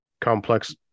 complex